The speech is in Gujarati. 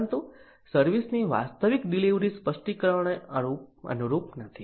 પરંતુ સર્વિસ ની વાસ્તવિક ડિલિવરી સ્પષ્ટીકરણોને અનુરૂપ નથી